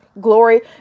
glory